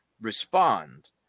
respond